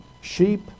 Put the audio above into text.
sheep